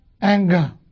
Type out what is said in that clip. anger